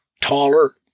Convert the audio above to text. taller